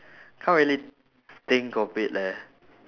can't really think of it leh